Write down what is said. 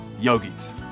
yogis